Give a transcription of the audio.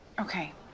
Okay